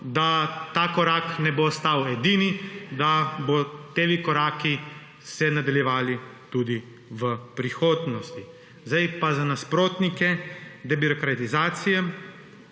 da ta korak ne bo ostal edini, da bodo ti koraki se nadaljevali tudi v prihodnosti. Sedaj pa za nasprotnike debirokratizacije,